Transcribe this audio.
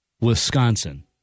Wisconsin